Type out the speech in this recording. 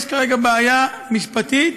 יש כרגע בעיה משפטית,